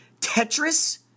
Tetris